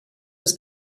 was